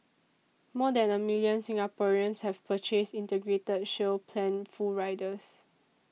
more than a million Singaporeans have purchased Integrated Shield Plan full riders